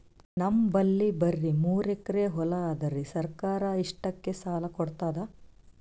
ನಮ್ ಬಲ್ಲಿ ಬರಿ ಮೂರೆಕರಿ ಹೊಲಾ ಅದರಿ, ಸರ್ಕಾರ ಇಷ್ಟಕ್ಕ ಸಾಲಾ ಕೊಡತದಾ?